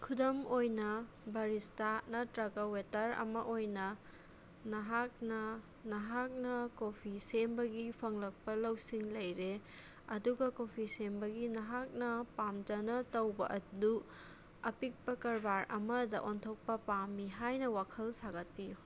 ꯈꯨꯗꯝ ꯑꯣꯏꯅ ꯕꯥꯔꯤꯁꯇꯥ ꯅꯠꯇ꯭ꯔꯒ ꯋꯦꯇꯔ ꯑꯃ ꯑꯣꯏꯅ ꯅꯍꯥꯛꯅ ꯅꯍꯥꯛꯅ ꯀꯣꯐꯤ ꯁꯦꯝꯕꯒꯤ ꯐꯪꯂꯛꯄ ꯂꯧꯁꯤꯡ ꯂꯩꯔꯦ ꯑꯗꯨꯒ ꯀꯣꯐꯤ ꯁꯦꯝꯕꯒꯤ ꯅꯍꯥꯛꯅ ꯄꯥꯝꯖꯅ ꯇꯧꯕ ꯑꯗꯨ ꯑꯄꯤꯛꯄ ꯀꯔꯕꯥꯔ ꯑꯃꯗ ꯑꯣꯟꯊꯣꯛꯄ ꯄꯥꯝꯃꯤ ꯍꯥꯏꯅ ꯋꯥꯈꯜ ꯁꯥꯒꯠꯄꯤꯌꯨ